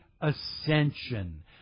ascension